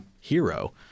hero